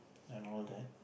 and all that